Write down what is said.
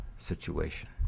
Situation